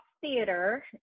Theater